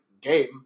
game